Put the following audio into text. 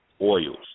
oils